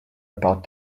about